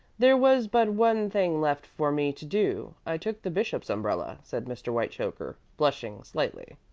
there was but one thing left for me to do. i took the bishop's umbrella, said mr. whitechoker, blushing slightly.